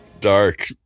Dark